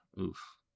Oof